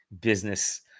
business